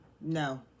no